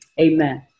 Amen